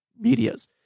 medias